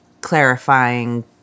clarifying